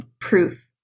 proof